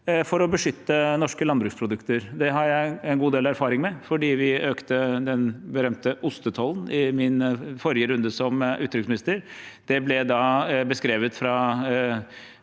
for å beskytte norske landbruksprodukter. Det har jeg en god del erfaring med, for vi økte den berømte ostetollen i min forrige runde som utenriksminister. Vårt forhold til EU ble da beskrevet fra